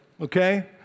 okay